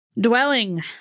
Dwelling